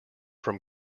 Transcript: from